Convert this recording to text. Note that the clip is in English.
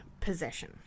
possession